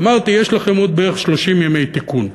אמרתי, יש לכם עוד בערך 30 ימי תיקון,